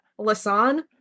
lasan